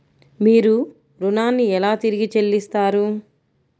మీరు ఋణాన్ని ఎలా తిరిగి చెల్లిస్తారు?